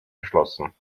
beschlossen